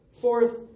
Fourth